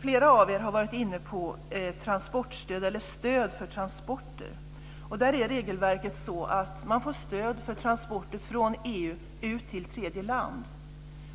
Flera har varit inne på transportstöd, eller stöd för transporter. Där är regelverket sådant att man får stöd för transporter från EU ut till tredje land.